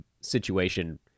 situation